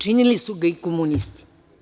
Činili su ih i komunisti.